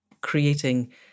creating